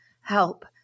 help